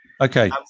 Okay